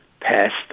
passed